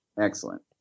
Excellent